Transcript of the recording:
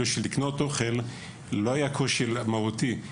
והכלכלה לא היווה קושי מהותי.